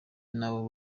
n’abo